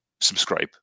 subscribe